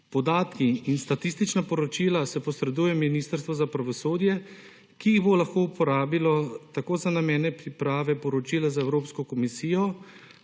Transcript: Podatki in statistična poročila se posreduje Ministrstvu za pravosodje, ki jih bo lahko uporabilo tako za namene priprave poročila za Evropsko komisijo